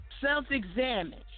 Self-examine